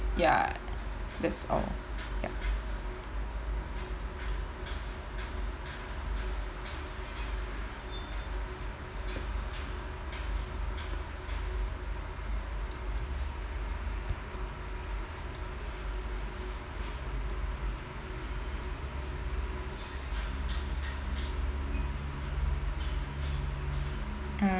ya that's all ya